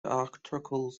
articles